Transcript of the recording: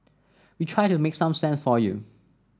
we try to make some sense for you